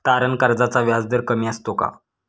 तारण कर्जाचा व्याजदर कमी असतो का?